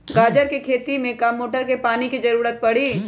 गाजर के खेती में का मोटर के पानी के ज़रूरत परी?